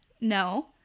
no